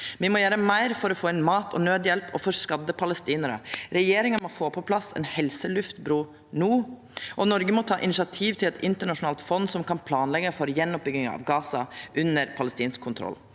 Me må gjera meir for å få inn mat og naudhjelp og for skadde palestinarar. Regjeringa må få på plass ei helseluftbru no, og Noreg må ta initiativ til eit internasjonalt fond som kan planleggja for gjenoppbygginga av Gaza under palestinsk kontroll.